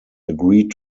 agreed